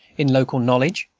in local knowledge,